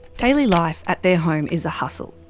daily life at their home is a hustle,